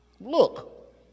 look